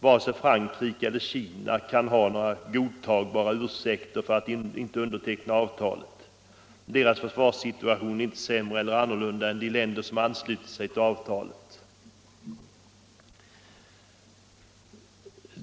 Varken Frankrike eller Kina kan ha några godtagbara ursäkter för att inte underteckna avtalet. Deras försvarssituation är inte sämre eller annorlunda än de länders som anslutit sig till avtalet.